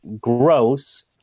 gross